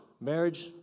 marriage